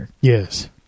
Yes